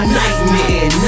nightmare